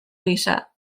gisa